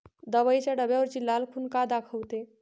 दवाईच्या डब्यावरची लाल खून का दाखवते?